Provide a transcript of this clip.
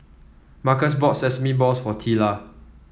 Marcus bought Sesame Balls for Teela